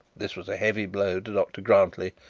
this was a heavy blow to dr grantly,